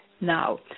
now